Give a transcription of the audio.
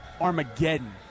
armageddon